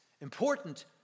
important